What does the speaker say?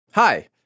Hi